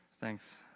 Thanks